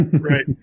Right